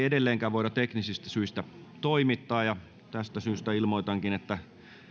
edellenkään voida teknisistä syistä toimittaa tästä syystä ilmoitankin että